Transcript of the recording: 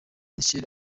michael